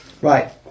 Right